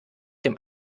dem